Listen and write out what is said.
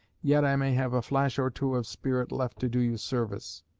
yet i may have a flash or two of spirit left to do you service.